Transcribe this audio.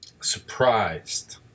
surprised